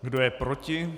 Kdo je proti?